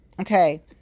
Okay